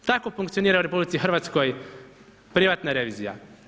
Tako funkcionira u RH privatna revizija.